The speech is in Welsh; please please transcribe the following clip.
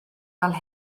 fel